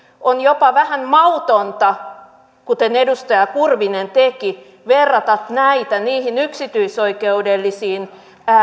on jopa vähän mautonta kuten edustaja kurvinen teki verrata näitä niihin yksityisoikeudellisiin